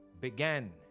began